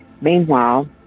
Meanwhile